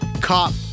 cop